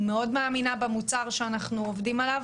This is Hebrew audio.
אני מאוד מאמינה במוצר שאנחנו עובדים עליו.